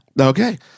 Okay